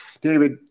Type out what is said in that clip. David